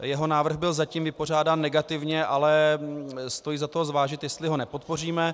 Jeho návrh byl zatím vypořádán negativně, ale stojí za to zvážit, jestli ho nepodpoříme.